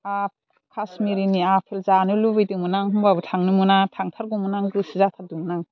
आरो काश्मिरनि आपेल जानो लुबैदोंमोन आं होनबाबो थांनो मोना थांथारगौमोन आं गोसो जाथारदोंमोन आं